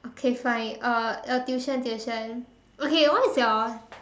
okay fine uh uh tuition tuition okay what is your